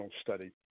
study